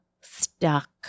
stuck